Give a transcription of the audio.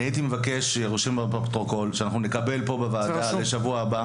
אני הייתי מבקש שיירשם בפרוטוקול שאנחנו נקבל כאן בוועדה בשבוע הבא